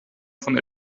von